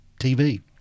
TV